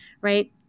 right